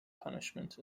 punishment